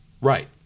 right